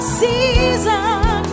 season